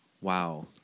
Wow